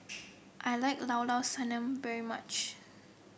I like Llao Llao Sanum very much